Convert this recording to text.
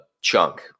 chunk